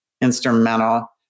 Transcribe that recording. instrumental